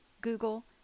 Google